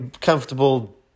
comfortable